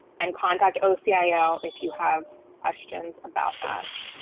and contact ocr, ah if you have questions about that